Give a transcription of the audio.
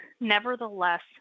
nevertheless